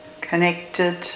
connected